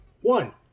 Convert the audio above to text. One